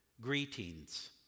greetings